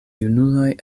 junuloj